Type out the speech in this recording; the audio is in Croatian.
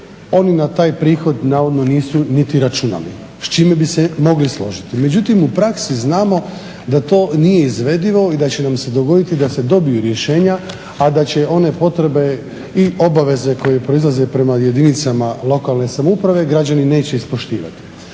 oni na taj prihod navodno nisu niti računali, s čime bi se mogli složiti. Međutim, u praksi znamo da to nije izvedivo i da će nam se dogoditi da se dobiju rješenja a da će one potrebe i obaveze koje proizlaze prema jedinicama lokalne samouprave građani neće ispoštivati.